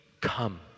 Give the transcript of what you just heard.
come